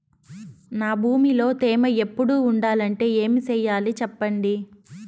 నా భూమిలో తేమ ఎప్పుడు ఉండాలంటే ఏమి సెయ్యాలి చెప్పండి?